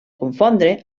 confondre